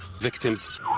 victims